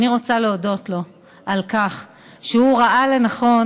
אני רוצה להודות לו על כך שהוא ראה לנכון